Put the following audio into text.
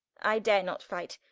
i dare not fight,